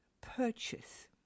purchase